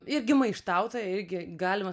irgi maištautoja irgi galima